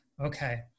Okay